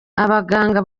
abaganga